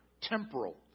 temporal